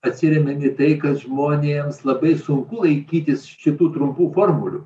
atsirėm į tai kad žmonėms labai sunku laikytis šitų trumpų formulių